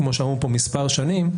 כמו שאמרו פה מספר שנים,